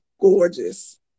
gorgeous